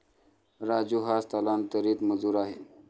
राजू हा स्थलांतरित मजूर आहे